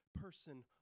person